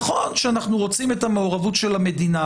נכון שאנחנו רוצים את המעורבות של המדינה,